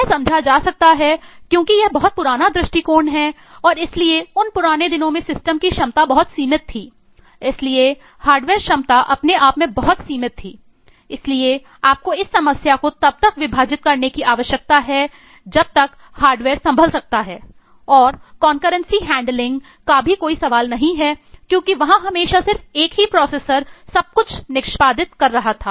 यह समझा जा सकता है क्योंकि यह बहुत पुराना दृष्टिकोण है और इसलिए उन पुराने दिनों में सिस्टम सब कुछ निष्पादित कर रहा था